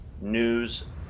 news